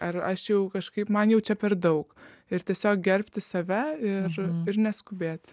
ar aš jau kažkaip man jau čia per daug ir tiesiog gerbti save ir ir neskubėti